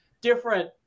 different